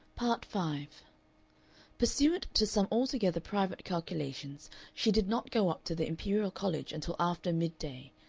part five pursuant to some altogether private calculations she did not go up to the imperial college until after mid-day,